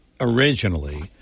originally